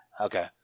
Okay